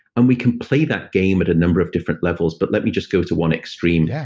and we can play that game at a number of different levels, but let me just go to one extreme. yeah